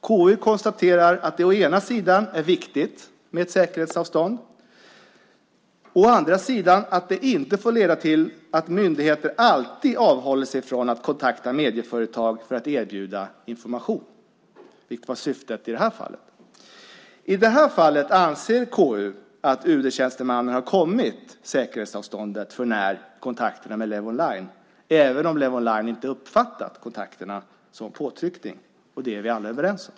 KU konstaterar att det å ena sidan är viktigt med säkerhetsavstånd, å andra sidan inte får leda till att myndigheter alltid avhåller sig från att kontakta medieföretag för att erbjuda information, vilket var syftet i det här fallet. I det här fallet anser KU att UD-tjänstemannen har kommit säkerhetsavståndet för när i kontakterna med Levonline även om Levonline inte uppfattat kontakterna som påtryckning. Det är vi alla överens om.